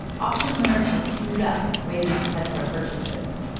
auction winners are queued up waiting to collect their purchases.